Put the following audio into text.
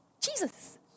Jesus